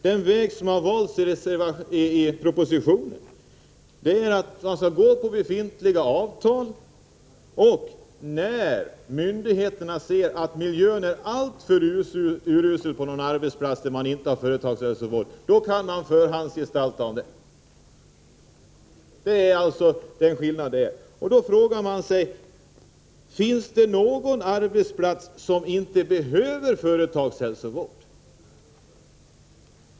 Den väg som har valts i propositionen är att man skall gå på befintliga avtal, och när myndigheterna ser att miljön är alltför urusel på någon arbetsplats, där det inte finns företagshälsovård, kan de föranstalta om sådan. Det är alltså skillnaden. Man kan då fråga sig: Finns det någon arbetsplats som inte behöver företagshälsovård?